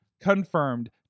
Confirmed